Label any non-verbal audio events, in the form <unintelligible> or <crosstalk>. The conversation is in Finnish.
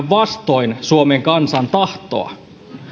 <unintelligible> vastoin suomen kansan tahtoa